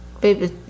baby